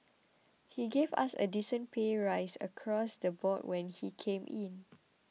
he gave us a decent pay rise across the board when he came in